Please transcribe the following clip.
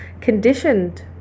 conditioned